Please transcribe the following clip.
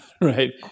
right